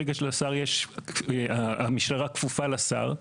ברגע שהמשטרה כפופה לשר,